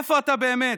איפה אתה, באמת?